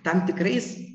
tam tikrais